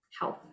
health